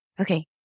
okay